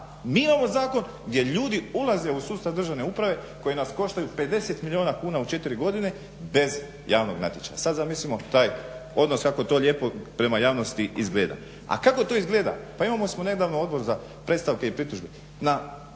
mi imamo zakon gdje ljudi ulaze u sustav državne uprave koji nas koštaju 50 milijuna kuna u 4 godine bez javnog natječaja. Sad zamislimo taj odnos kako to lijepo prema javnosti izgleda. A kako to izgleda? Pa imali smo nedavno Odbor za predstavke i pritužbe.